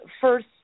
first